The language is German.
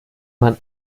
man